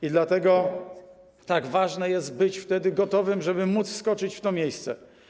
I dlatego tak ważne jest, by być wtedy gotowym, żeby móc wskoczyć w to miejsce.